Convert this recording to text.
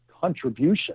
contribution